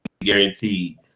guaranteed